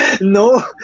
No